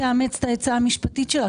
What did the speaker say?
אולי תאמץ את הגישה המקצועית שלה.